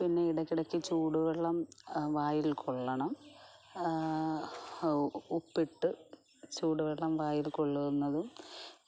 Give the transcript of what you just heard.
പിന്നെ ഇടക്കിടക്ക് ചൂടുവെള്ളം വായിൽ കൊള്ളണം ഉപ്പിട്ട് ചൂടുവെള്ളം വായിൽ കൊള്ളുന്നതും